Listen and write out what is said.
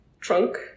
Trunk